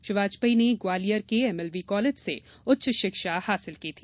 श्री वाजपेयी ने ग्वालियर के MLV college से उच्चशिक्षा हासील की है